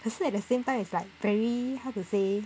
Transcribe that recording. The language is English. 可是 at the same time it's like very how to say